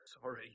sorry